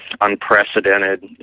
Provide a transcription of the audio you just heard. unprecedented